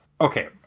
Okay